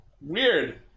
Weird